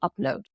upload